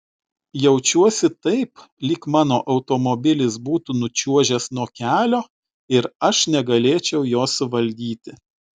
jaučiuosi taip lyg mano automobilis būtų nučiuožęs nuo kelio ir aš negalėčiau jo suvaldyti